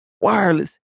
wireless